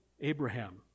Abraham